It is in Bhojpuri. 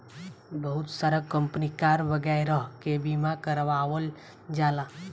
बहुत सारा कंपनी कार वगैरह के बीमा करावल जाला